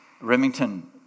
Remington